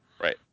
Right